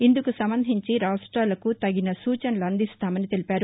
ఇందుకు సంబంధించి రాష్ట్లాలకు తగిన సూచనలు అందిస్తామని తెలిపారు